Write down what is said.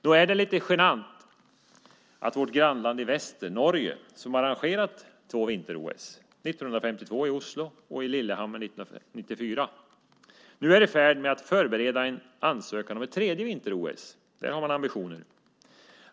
Nog är det lite genant att vårt grannland i väster Norge, som arrangerat två vinter-OS - 1952 i Oslo och 1994 i Lillehammer - nu är i färd med att förbereda en ansökan om ett tredje vinter-OS. Där har man ambitioner!